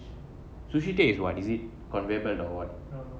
sushi tei is what is it conveyor belt or what